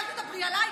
תדברי מה שאת רוצה.